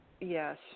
yes